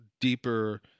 deeper